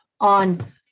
on